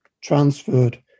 transferred